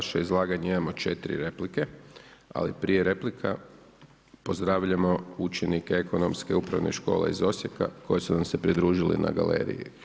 Na vaše izlaganje imamo 4 replike ali prije replika pozdravljamo učenike Ekonomske i upravne škole iz Osijeka koji su nam se pridružili na galeriji.